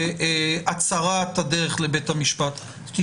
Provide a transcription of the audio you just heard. מדובר בעבירות פליליות, בעבירות חמורות.